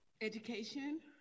education